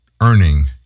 earning